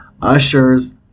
Usher's